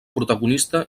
protagonista